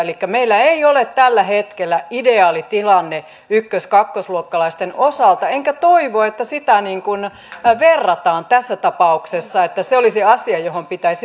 elikkä meillä ei ole tällä hetkellä ideaali tilanne ykkös ja kakkosluokkalaisten osalta enkä toivo että siihen verrataan tässä tapauksessa että se olisi asia johon pitäisi pyrkiä